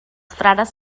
frares